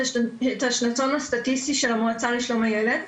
השנתון הסטטיסטי של המועצה לשלום הילד,